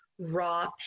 raw